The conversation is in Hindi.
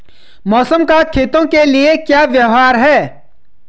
मौसम का खेतों के लिये क्या व्यवहार है?